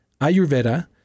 Ayurveda